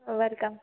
welcome